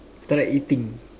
try eating